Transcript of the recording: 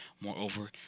Moreover